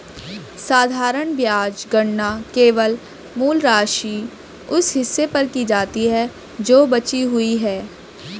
साधारण ब्याज गणना केवल मूल राशि, उस हिस्से पर की जाती है जो बची हुई है